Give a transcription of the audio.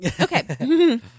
Okay